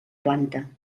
planta